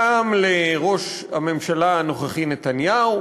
גם לראש הממשלה הנוכחי נתניהו,